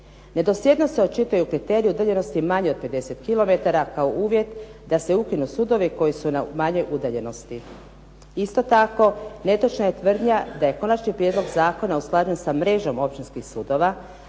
Nedosljednost se očita i u kriteriju udaljenosti manje od 50 kilometara kao uvjet da se ukinu sudovi koji su na manjoj udaljenosti. Isto tako netočna je tvrdnja da je konačni prijedlog zakona usklađen sa mrežom općinskih sudova,